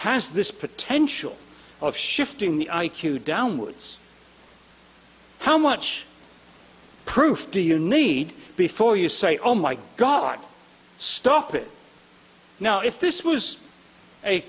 has this potential of shifting the i q downwards how much proof do you need before you say oh my god stop it now if this was a